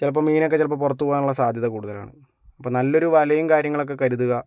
ചിലപ്പം മീനൊക്കെ ചിലപ്പോൾ പുറത്തുപോകാനുള്ള സാധ്യത കൂടുതലാണ് അപ്പോൾ നല്ല ഒരു വലയും കാര്യങ്ങളൊക്കെ കരുതുക